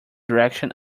direction